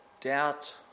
doubt